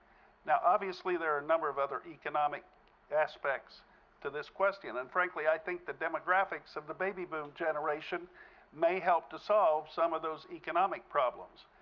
now obviously, there are a number of other economic aspects to this question. and frankly, i think the demographics of the baby boom generation may help to solve some of those economic problems.